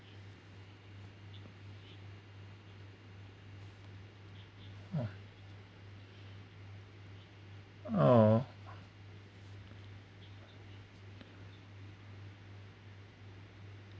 oh oh